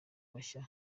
bashya